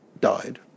died